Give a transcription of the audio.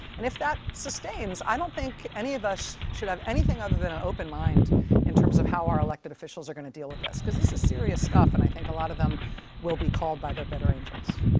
and if that sustains, i don't think any of us should have anything other than an open mind in terms of how our elected officials are going to deal with this. cause this is serious stuff. and i think a lot of them will be called by their better angels.